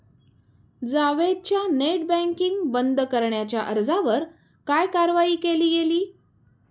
जावेदच्या net banking बंद करण्याच्या अर्जावर काय कारवाई केली गेली?